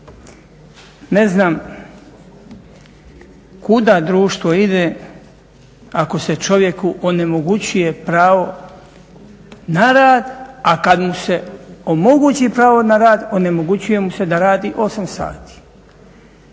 Ne znam kuda društvo ide ako se čovjeku onemogućuje pravo na rad, a kad mu se omogući pravo na rad onemogućuje mu se da radi 8 sati.